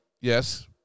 Yes